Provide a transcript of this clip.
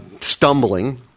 stumbling